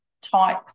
type